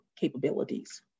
capabilities